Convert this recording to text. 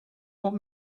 want